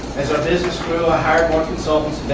as our business grew, i hired more consultants,